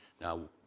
Now